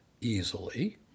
easily